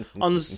on